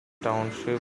township